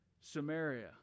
samaria